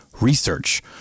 research